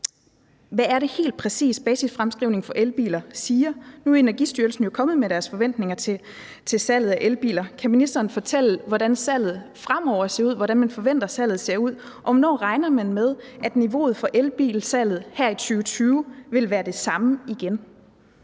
hvad er det helt præcis, basisfremskrivningen for elbiler siger? Nu er Energistyrelsen jo kommet med deres forventninger til salget af elbiler. Kan ministeren fortælle, hvordan salget ser ud fremover, altså hvordan man forventer at salget ser ud? Og hvornår regner man med, at niveauet for elbilsalget her i 2020 vil være det samme igen?